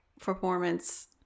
performance